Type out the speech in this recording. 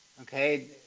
Okay